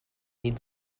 need